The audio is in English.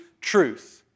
truth